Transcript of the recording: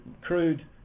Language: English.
crude